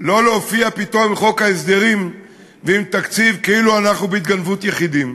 לא להופיע פתאום עם חוק ההסדרים ועם תקציב כאילו אנחנו בהתגנבות יחידים,